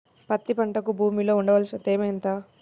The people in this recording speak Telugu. పత్తి పంటకు భూమిలో ఉండవలసిన తేమ ఎంత?